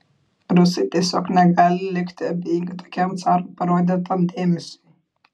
rusai tiesiog negali likti abejingi tokiam caro parodytam dėmesiui